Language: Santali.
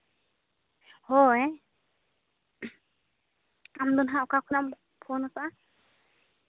ᱦᱳᱭ ᱟᱢ ᱫᱚ ᱱᱟᱦᱟᱸᱜ ᱚᱠᱟ ᱠᱷᱚᱱᱟᱜ ᱮᱢ ᱯᱷᱳᱱ ᱟᱠᱟᱫᱼᱟ